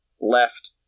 Left